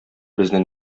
безне